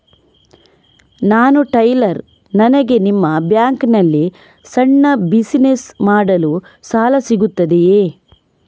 ನಾನು ಟೈಲರ್, ನನಗೆ ನಿಮ್ಮ ಬ್ಯಾಂಕ್ ನಲ್ಲಿ ಸಣ್ಣ ಬಿಸಿನೆಸ್ ಮಾಡಲು ಸಾಲ ಸಿಗುತ್ತದೆಯೇ?